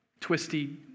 twisty